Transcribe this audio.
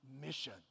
mission